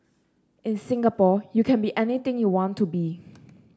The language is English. in Singapore you can be anything you want to be